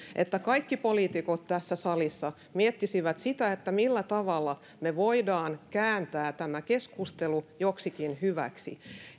että kaikki poliitikot tässä salissa miettisivät sitä millä tavalla me voimme kääntää tämä keskustelu joksikin hyväksi